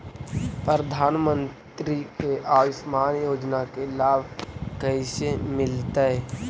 प्रधानमंत्री के आयुषमान योजना के लाभ कैसे मिलतै?